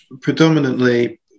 predominantly